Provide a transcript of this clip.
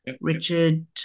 Richard